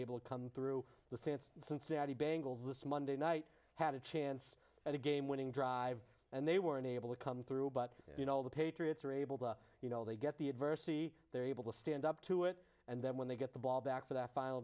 able to come through the saints cincinnati bengals this monday night had a chance at a game winning drive and they were unable to come through but you know the patriots are able to you know they get the adversity they're able to stand up to it and then when they get the ball back for that final